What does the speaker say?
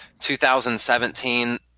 2017